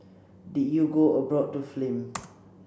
did you go abroad to film